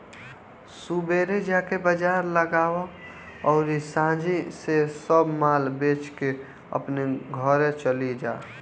सुबेरे जाके बाजार लगावअ अउरी सांझी से सब माल बेच के अपनी घरे चली जा